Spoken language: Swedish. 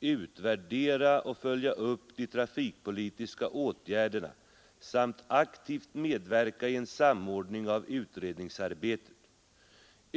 utvärdera och följa upp de trafikpolitiska åtgärderna samt aktivt medverka i en samordning av utredningsarbetet.